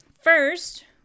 first